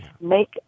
Make